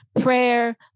Prayer